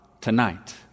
tonight